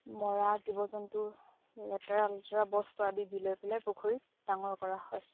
মৰা জীৱ জন্তু লেতেৰা লেতেৰা বস্তু আদি দিলৈ পেলাই পুখুৰীত ডাঙৰ কৰা হয়